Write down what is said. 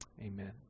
amen